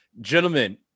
gentlemen